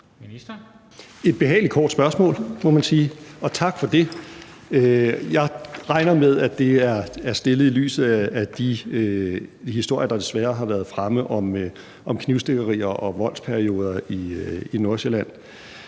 et behageligt kort spørgsmål, må man sige, og tak for det. Jeg regner med, at det er stillet i lyset af de historier, der desværre har været fremme om knivstikkerier og voldsepisoder i Nordsjælland.